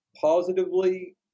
positively